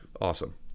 Awesome